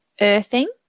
earthing